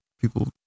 people